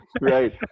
right